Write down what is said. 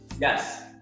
Yes